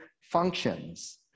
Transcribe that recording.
functions